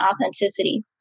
authenticity